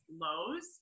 lows